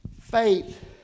Faith